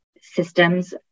systems